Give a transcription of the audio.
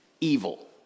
evil